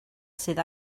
sydd